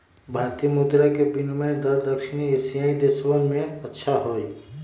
भारतीय मुद्र के विनियम दर दक्षिण एशियाई देशवन में अच्छा हई